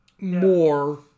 More